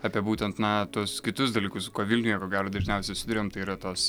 apie būtent na tuos kitus dalykus su kuo vilniuje ko gero dažniausiai susiduriam tai yra tas